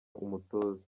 umutoza